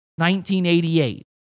1988